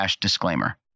disclaimer